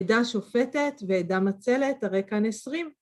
עדה שופטת ועדה מצלת, הרי כאן 20.